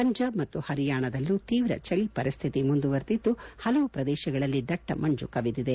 ಪಂಜಾಬ್ ಮತ್ತು ಪರಿಯಾಣಾದಲ್ಲೂ ತೀವ್ರ ಚಳಿ ಪರಿಸ್ಹಿತಿ ಮುಂದುವರಿದಿದ್ದು ಪಲವು ಪ್ರದೇಶಗಳಲ್ಲಿ ದಟ್ಟ ಮಂಜು ಕವಿದಿದೆ